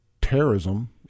terrorism